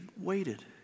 waited